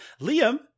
Liam